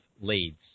leads